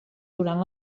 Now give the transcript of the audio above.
durant